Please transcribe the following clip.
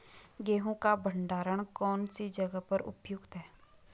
गेहूँ का भंडारण कौन सी जगह पर उपयुक्त है?